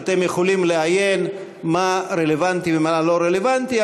אתם יכולים לעיין מה רלוונטי ומה לא רלוונטי.